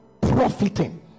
profiting